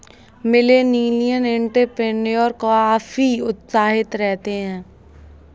millennial entrepreneur काफी उत्साहित रहते हैं